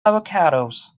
avocados